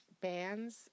bands